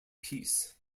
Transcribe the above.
peace